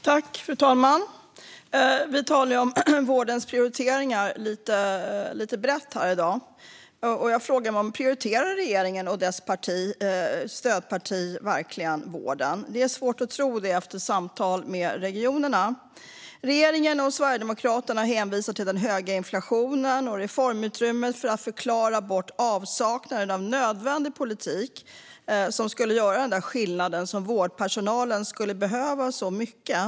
Fru talman! Vi talar här i dag om vårdens prioriteringar lite brett. Jag frågar mig: Prioriterar regeringen och dess stödparti verkligen vården? Det är svårt att tro det efter samtal med regionerna. Regeringen och Sverigedemokraterna hänvisar till den höga inflationen och reformutrymmet för att förklara bort avsaknaden av nödvändig politik som skulle göra den skillnad som vårdpersonalen skulle behöva så mycket.